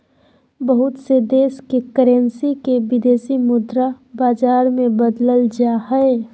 बहुत से देश के करेंसी के विदेशी मुद्रा बाजार मे बदलल जा हय